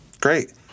Great